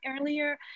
earlier